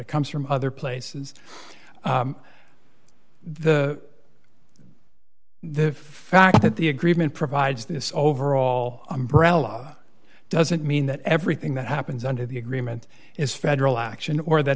it comes from other places the the fact that the agreement provides this overall umbrella doesn't mean that everything that happens under the agreement is federal action or that